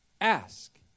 Ask